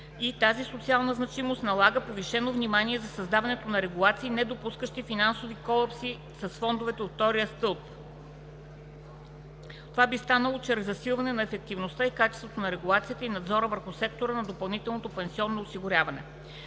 и тази социална значимост налага повишено внимание за създаването на регулация, недопускаща финансови колапси с фондовете от втория стълб. Това би станало чрез засилване на ефективността и качеството на регулацията и надзора върху сектора допълнително пенсионно осигуряване.